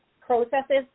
processes